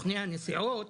סוכני הנסיעות,